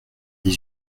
dix